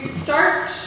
start